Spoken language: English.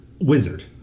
wizard